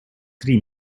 три